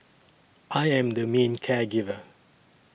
I am the main care giver